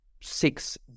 six